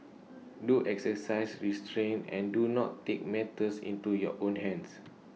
do exercise restraint and do not take matters into your own hands